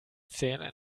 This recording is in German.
zählen